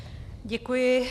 Děkuji.